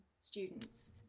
students